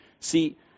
See